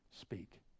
Speak